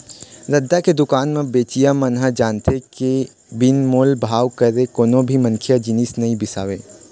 रद्दा के दुकान म बेचइया मन ह जानथे के बिन मोल भाव करे कोनो भी मनखे ह जिनिस नइ बिसावय